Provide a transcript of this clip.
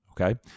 Okay